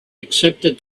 accepted